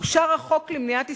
אושר החוק למניעת הסתננות,